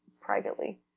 privately